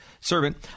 servant